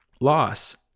loss